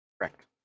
Correct